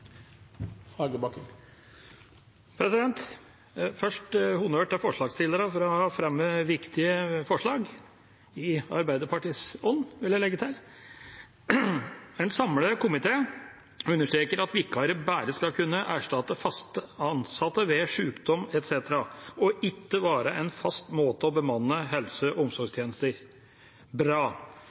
vedtak. Først honnør til forslagsstillerne for å ha fremmet viktige forslag – i Arbeiderpartiets ånd, vil jeg legge til. En samlet komité understreker at vikarer bare skal kunne erstatte fast ansatte ved sykdom etc., og ikke være en fast måte å bemanne helse- og omsorgstjenester på – bra.